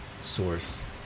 source